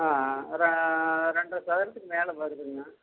ஆ ஒரு ரெண்டரை சதுரத்துக்கு மேலே வருதுங்க